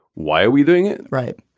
why are we doing it right?